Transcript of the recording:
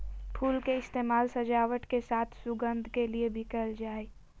फुल के इस्तेमाल सजावट के साथ साथ सुगंध के लिए भी कयल जा हइ